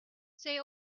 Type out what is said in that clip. they